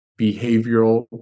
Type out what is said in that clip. behavioral